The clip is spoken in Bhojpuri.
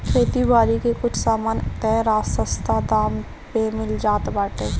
खेती बारी के कुछ सामान तअ सस्ता दाम पे मिल जात बाटे